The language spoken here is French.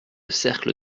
cercle